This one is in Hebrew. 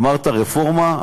אמרת רפורמה,